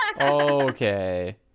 Okay